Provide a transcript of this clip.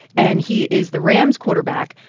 and he is the rams quarterback.